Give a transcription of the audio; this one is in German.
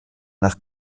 nach